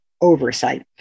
oversight